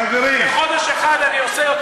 חברים, בחודש אחד אני עושה,